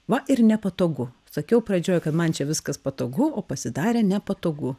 va ir nepatogu sakiau pradžioj kad man čia viskas patogu o pasidarė nepatogu